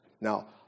Now